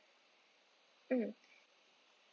mm